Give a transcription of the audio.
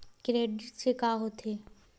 Credit से का होथे?